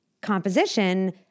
composition